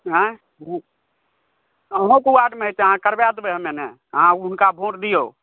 आइ अहुँ बौआक ने अछि करबा देबै हम्मे न अहाँ हुनका वोट दियौ